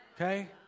Okay